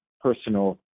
personal